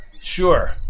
Sure